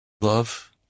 love